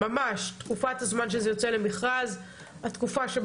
וגם כאן צריך לקבוע תקופת זמן שזה יוצא למכרז,